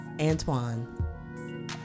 antoine